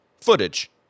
footage